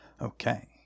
Okay